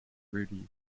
rudy